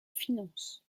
finance